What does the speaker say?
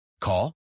Call